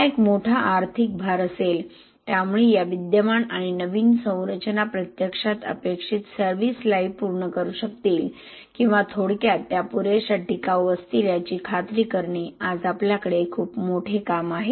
हा एक मोठा आर्थिक भार असेल त्यामुळे या विद्यमान आणि नवीन संरचना प्रत्यक्षात अपेक्षित सर्व्हीस लाईफ पूर्ण करू शकतील किंवा थोडक्यात त्या पुरेशा टिकाऊ असतील याची खात्री करणे आज आपल्याकडे खूप मोठे काम आहे